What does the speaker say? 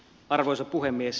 arvoisa puhemies